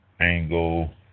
angle